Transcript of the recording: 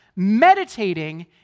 Meditating